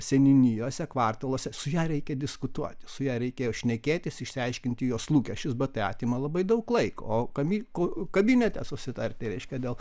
seniūnijose kvartaluose su ja reikia diskutuoti su ja reikėjo šnekėtis išsiaiškinti jos lūkesčius bet tai atima labai daug laiko o kami kabinete susitarti reiškia dėl